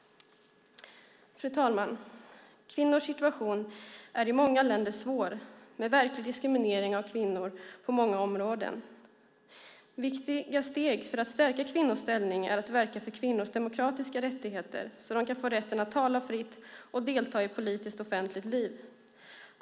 Fru talman! Kvinnors situation är i många länder svår med verklig diskriminering av kvinnor på många områden. Viktiga steg för att stärka kvinnors ställning är att verka för kvinnors demokratiska rättigheter så att de kan få rätten att tala fritt och delta i politiskt och offentligt liv.